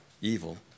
evil